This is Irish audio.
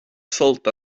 sult